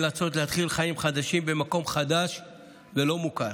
הן נאלצות להתחיל חיים חדשים במקום חדש ולא מוכר.